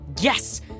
Yes